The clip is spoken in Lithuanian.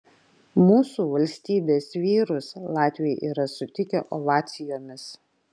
mūsų valstybės vyrus latviai yra sutikę ovacijomis